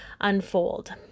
unfold